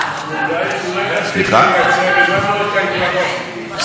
זכותו להירשם לבקשת דיבור.